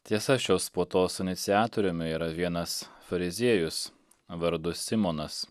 tiesa šios puotos iniciatoriumi yra vienas fariziejus vardu simonas